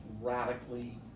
radically